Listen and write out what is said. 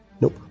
Nope